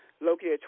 located